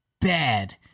bad